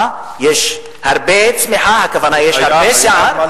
יש הרבה צמיחה, הכוונה, יש הרבה שיער.